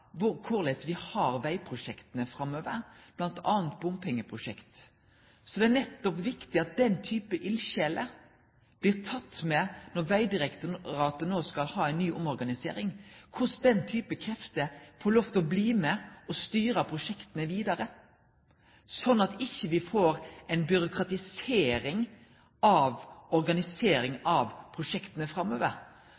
korleis me no skal organisere vegprosjekta framover, bl.a. bompengeprosjekt. Det er nettopp viktig at den typen eldsjeler blir tekne med når Vegdirektoratet no skal ha ei ny omorganisering, at den typen krefter får lov til å bli med og styre prosjekta vidare, slik at me ikkje får ei byråkratisering av